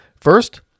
First